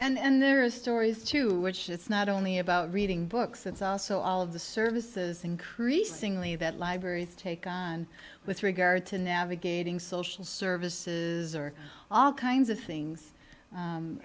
position and there are stories to which it's not only about reading books it's also all of the services increasingly that libraries take with regard to navigating social services or all kinds of things